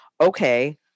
okay